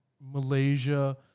Malaysia